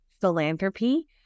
philanthropy